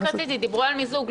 דיברו על מיזוג.